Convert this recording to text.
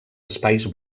espais